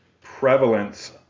prevalence